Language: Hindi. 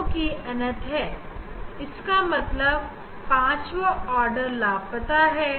जोकि n th है इसका मतलब पांचवा ऑर्डर लापता है